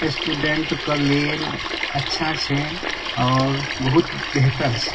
स्टूडेंटके लेल अच्छा छै आओर बहुत बेहतर छै